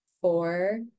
Four